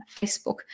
Facebook